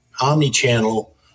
omni-channel